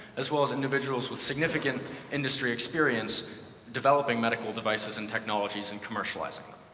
as well as individuals with significant industry experience developing medical devices and technologies and commercializing